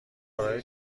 کارهای